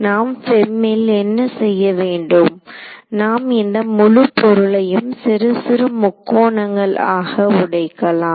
நாம் FEM ல் என்ன செய்ய வேண்டும் நாம் இந்த முழுப் பொருளையும் சிறுசிறு முக்கோணங்கள் ஆக உடைக்கலாம்